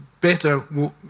better